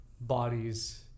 bodies